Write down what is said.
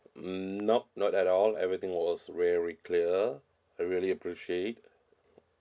nope not at all everything was very clear I really appreciate